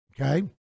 Okay